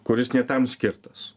kuris ne tam skirtas